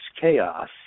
chaos